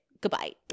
goodbye